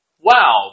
wow